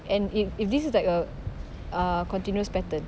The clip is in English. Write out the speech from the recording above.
and if if this is like a uh continuous pattern